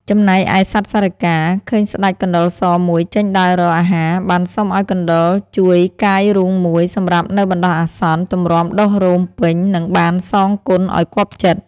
ចំណែកឯសត្វសារិកា ឃើញស្ដេចកណ្ដុរសមួយចេញដើររក អាហារ បានសុំឲ្យកណ្តុរសជួយកាយរូងមួយ សម្រាប់នៅបណ្តោះអាសន្ន ទម្រាំដុះរោម ពេញ នឹងបានសងគុណឲ្យគាប់ចិត្ត ។